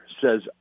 says